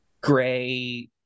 gray